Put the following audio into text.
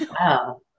Wow